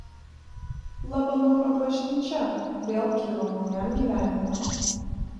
labanoro bažnyčia vėl kyla naujam gyvenimui